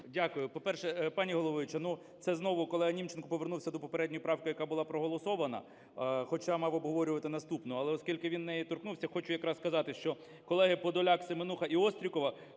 Дякую. По-перше, пані головуюча, ну, це знову, коли Німченко повернувся до попередньої правки, яка була проголосована, хоч мав обговорювати наступну, але оскільки він неї торкнувся, хочу якраз сказати, що колеги Подоляк, Семенуха і Острікова